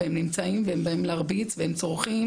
והם נמצאים והם באים להרביץ והם צורחים,